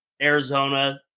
Arizona